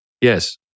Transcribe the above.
Yes